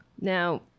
Now